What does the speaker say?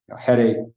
headache